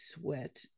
sweat